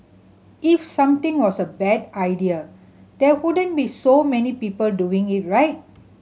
if something was a bad idea there wouldn't be so many people doing it right